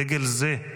דגל זה,